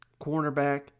cornerback